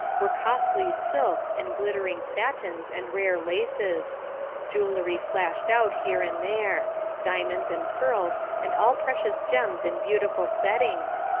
were costly silks and glittering satins and rare laces jewellery flashed out here and there diamonds and pearls and all precious gems in beautiful settings,